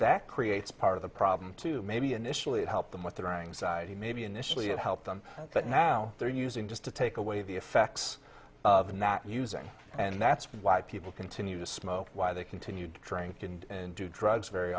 that creates part of the problem to maybe initially help them with their anxiety maybe initially it helped them but now they're using just to take away the effects of not using and that's why people continue to smoke why they continued to drink and do drugs very